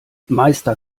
meister